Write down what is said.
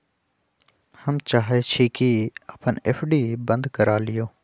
हम चाहई छी कि अपन एफ.डी बंद करा लिउ